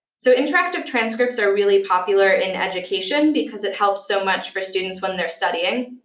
so interactive transcripts are really popular in education because it helps so much for students when they're studying.